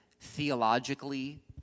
theologically